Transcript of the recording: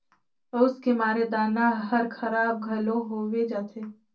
अउस के मारे दाना हर खराब घलो होवे जाथे